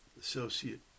associate